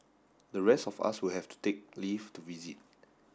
the rest of us will have to take leave to visit